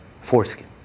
foreskin